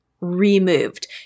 removed